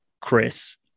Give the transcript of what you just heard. Chris